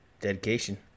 Dedication